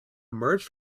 emerge